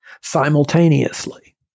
simultaneously